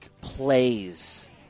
plays